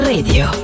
Radio